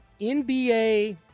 NBA